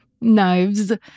knives